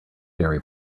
diary